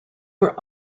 were